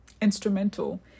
instrumental